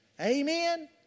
Amen